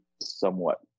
somewhat